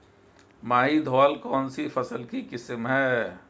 माही धवल कौनसी फसल की किस्म है?